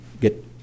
get